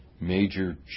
major